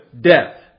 death